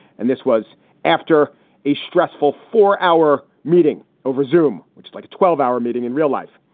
and this was after a stressful four hour meeting over zoome, which like a twelve hour meeting in real life.